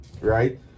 Right